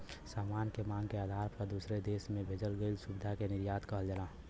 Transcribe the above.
सामान के मांग के आधार पर दूसरे देश में भेजल गइल सुविधा के निर्यात कहल जाला